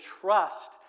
trust